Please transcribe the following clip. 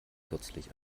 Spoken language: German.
kürzlich